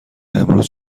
امروز